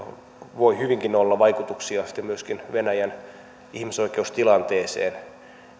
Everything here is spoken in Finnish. voi sitten hyvinkin olla vaikutuksia myöskin venäjän ihmisoikeustilanteeseen